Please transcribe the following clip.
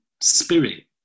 spirit